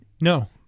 No